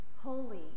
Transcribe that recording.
holy